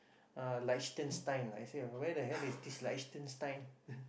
uh Liechtenstein I still remember where the hell is this Liechtenstein